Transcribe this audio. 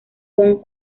con